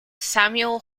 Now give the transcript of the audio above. samuel